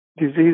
disease